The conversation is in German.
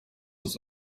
das